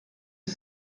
est